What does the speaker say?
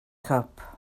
cop